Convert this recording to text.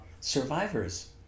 survivors